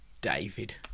David